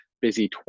busy